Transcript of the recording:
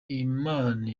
imana